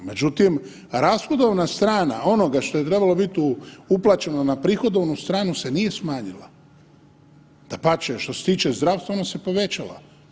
Međutim, rashodovna strana onoga što je trebalo biti uplaćeno na prihodovnu stranu se nije smanjila, dapače što se tiče zdravstva ona se povećala.